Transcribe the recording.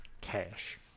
Cash